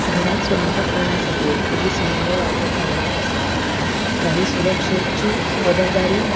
घरात स्वयंपाक करण्यासाठी एल पी जी सिलेंडर वापरताना काही सुरक्षेची खबरदारी